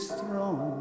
throne